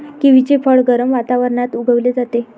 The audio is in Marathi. किवीचे फळ गरम वातावरणात उगवले जाते